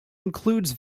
includes